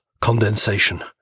Condensation